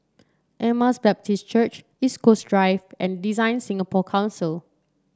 Emmaus Baptist Church East Coast Drive and DesignSingapore Council